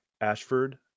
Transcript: Ashford